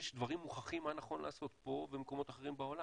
יש דברים מוכחים מה נכון לעשות פה או במקומות אחרים בעולם,